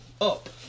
up